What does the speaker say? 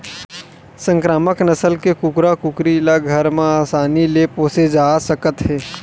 संकरामक नसल के कुकरा कुकरी ल घर म असानी ले पोसे जा सकत हे